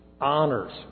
honors